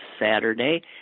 Saturday